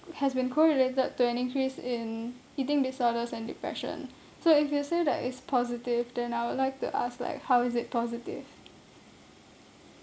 it has been correlated to an increase in eating disorders and depression so if you say that is positive then I would like to ask like how is it positive